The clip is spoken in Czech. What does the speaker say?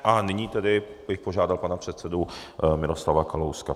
A nyní bych požádal pana předsedu Miroslava Kalouska.